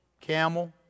camel